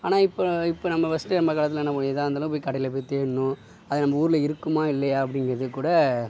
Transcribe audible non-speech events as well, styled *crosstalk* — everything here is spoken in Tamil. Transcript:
ஆனால் இப்போ இப்போ நம்ம ஃபஸ்ட்டு நம்ம காலத்தில் என்ன *unintelligible* இதாக இருந்தாலும் போய் கடையில போய் தேடணும் அது நம்ம ஊரில் இருக்குதுமா இல்லையா அப்படிங்கிறது கூட